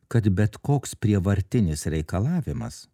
kad bet koks prievartinis reikalavimas